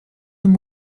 them